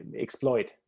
exploit